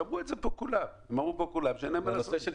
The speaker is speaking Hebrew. אין לו מה לעשות.